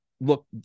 look